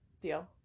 Deal